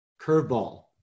Curveball